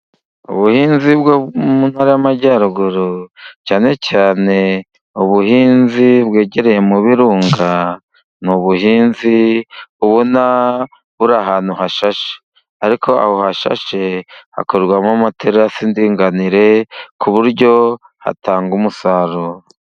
Ubuhinzi bwo mu ntara y'Amajyaruguru, cyane cyane ubuhinzi bwegereye mu birunga, ni ubuhinzi ubona buri ahantu hashashe. ariko aho hantu hashashe, hakorwamo amaterasi y'indinganire, ku buryo hatanga umusaruro.